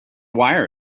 wire